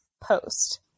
post